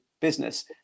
business